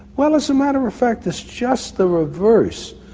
well, as a matter of fact it's just the reverse.